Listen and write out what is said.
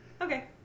Okay